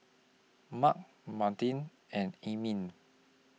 Mark Martine and E Ming